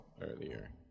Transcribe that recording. earlier